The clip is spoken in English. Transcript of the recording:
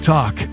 Talk